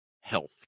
health